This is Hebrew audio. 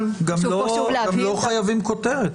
גם לא חייבים כותרת.